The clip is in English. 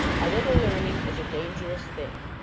a little learning is a dangerous thing.